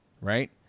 right